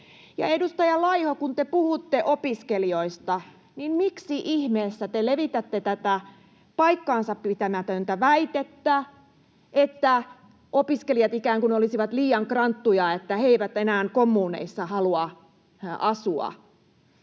edustaja Laiho, kun te puhutte opiskelijoista, niin miksi ihmeessä te levitätte tätä paikkaansa pitämätöntä väitettä, että opiskelijat ikään kuin olisivat liian kranttuja, että he eivät enää kommuuneissa halua asua?